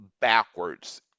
backwards